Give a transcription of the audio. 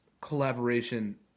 collaboration